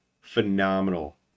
phenomenal